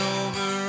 over